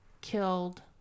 killed